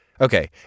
Okay